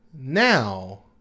Now